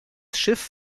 schiff